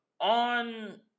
on